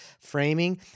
framing